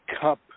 cup